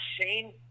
Shane